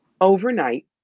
Overnight